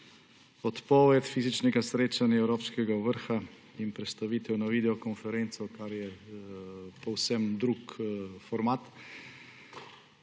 Odpoved fizičnega srečanja evropskega vrha in prestavitev na videokonferenco, kar je povsem drug format,